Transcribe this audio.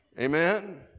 Amen